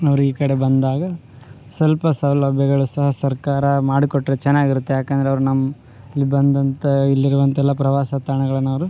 ಅವ್ರು ಈ ಕಡೆ ಬಂದಾಗ ಸ್ವಲ್ಪ ಸೌಲಭ್ಯಗಳು ಸಹ ಸರ್ಕಾರ ಮಾಡಿ ಕೊಟ್ರೆ ಚೆನ್ನಾಗಿ ಇರುತ್ತೆ ಯಾಕೆಂದ್ರೆ ಅವ್ರು ನಮ್ಮ ಇಲ್ಲಿ ಬಂದಂಥ ಇಲ್ಲಿರುವಂತೆಲ್ಲ ಪ್ರವಾಸ ತಾಣಗಳನ್ನು ಅವರು